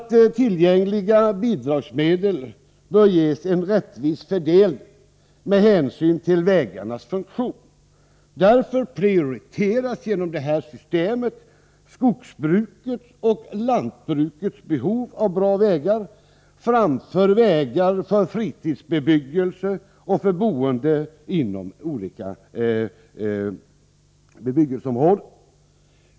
Tillgängliga bidragsmedel bör ges en rättvis fördelning med hänsyn till vägarnas funktion. Därför prioriteras. genom det här systemet skogsbrukets och lantbrukets behov av bra vägar framför vägar för fritidsbebyggelse och boende inom olika bebyggelseområden.